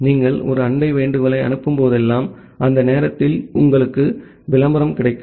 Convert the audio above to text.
நீங்கள் ஒரு அண்டை வேண்டுகோளை அனுப்பும் போதெல்லாம் அந்த நேரத்தில் உங்களுக்கு ஒரு விளம்பரம் கிடைக்கும்